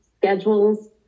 schedules